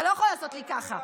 אתה יכול לעשות לי ככה.